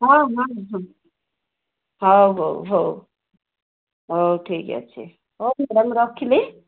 ହଁ ହଁ ହଁ ହଉ ହଉ ହଉ ହଉ ଠିକ୍ ଅଛି ହଉ ମ୍ୟାଡ଼ାମ୍ ମୁଁ ରଖିଲି